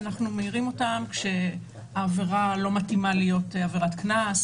שאנחנו מעירים כשהעבירה לא מתאימה להיות עבירת קנס,